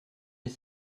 les